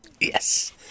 yes